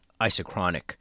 isochronic